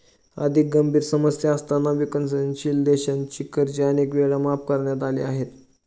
अधिक गंभीर समस्या असताना विकसनशील देशांची कर्जे अनेक वेळा माफ करण्यात आली आहेत